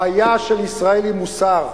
הבעיה של ישראל היא מוסר.